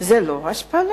זה לא השפלה?